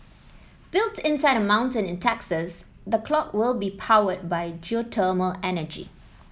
built inside a mountain in Texas the clock will be powered by geothermal energy